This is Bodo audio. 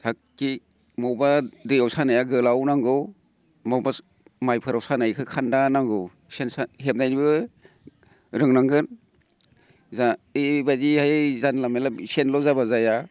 थागथि मबावबा दैयाव सानाया गोलाव नांगौ मबावबा माइफोराव सानायखो खान्दा नांगौ सेन हेबनायनिबो रोंंनांगोन दा बेबायदि जानला मोनला सेनल' जाब्ला जाया